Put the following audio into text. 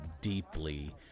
deeply